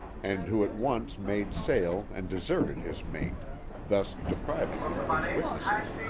and who at once made sail and deserted his mate thus depriving him of his witnesses.